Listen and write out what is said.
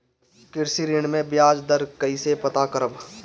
कृषि ऋण में बयाज दर कइसे पता करब?